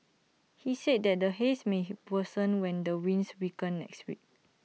he said that the haze may worsen when the winds weaken next week